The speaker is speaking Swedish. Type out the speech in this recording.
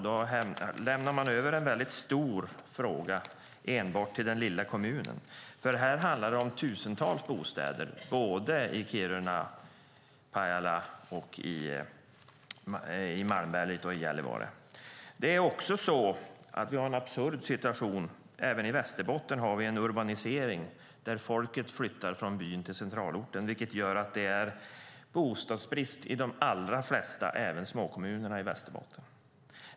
Då lämnar man över en väldigt stor fråga enbart till den lilla kommunen. För det handlar om tusentals bostäder i Kiruna, Pajala, Malmberget och Gällivare. Det är också så att vi har en absurd situation. Även i Västerbotten har vi en urbanisering där folket flyttar från byn till centralorten, vilket gör att det är bostadsbrist även i de allra flesta småkommunerna i Västerbotten.